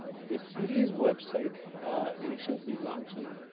the city's web site recently launched and